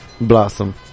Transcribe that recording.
blossom